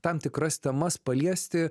tam tikras temas paliesti